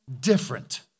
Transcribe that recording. different